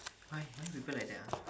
why why people like that ah